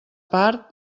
part